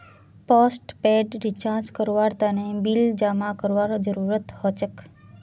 postpaid recharge करवार तने bill जमा करवार जरूरत हछेक